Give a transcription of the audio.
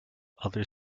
other